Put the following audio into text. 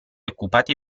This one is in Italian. occupati